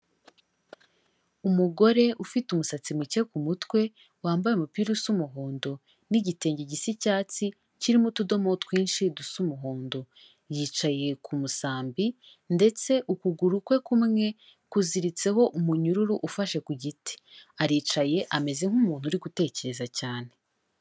Umugore ufite umusatsi muke ku mutwe, wambaye umupira usa umuhondo, n'igitenge gisa icyatsi kirimo utudomoro twinshi dusa umuhondo, yicaye ku musambi, ndetse ukuguru kwe kumwe kuziritseho umunyururu ufashe ku giti, aricaye ameze nk'umuntu uri gutekereza cyane.